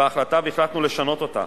בהחלטה והחלטנו לשנות אותה,